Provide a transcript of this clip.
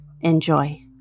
Enjoy